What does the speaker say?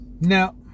now